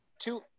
two